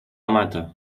mata